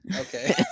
Okay